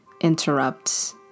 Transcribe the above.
interrupt